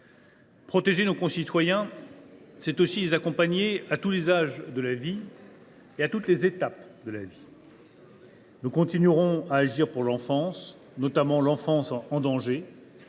Protéger nos concitoyens, c’est aussi les accompagner à tous les âges et à toutes les étapes de la vie. « Nous continuerons à agir pour l’enfance, notamment l’enfance en danger.